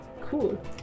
Cool